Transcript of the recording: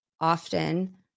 often